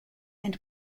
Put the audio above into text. and